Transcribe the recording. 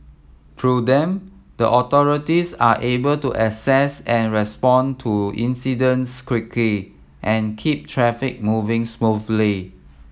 through them the authorities are able to assess and respond to incidents quickly and keep traffic moving smoothly